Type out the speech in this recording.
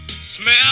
Smell